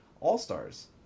All-Stars